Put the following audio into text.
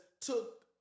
took